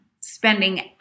spending